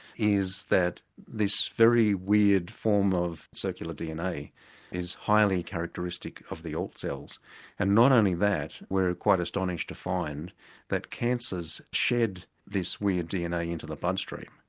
is that this very weird form of circular dna is highly characteristic of the alt cells and not only that, we were quite astonished to find that cancers shed this weird dna into the bloodstream,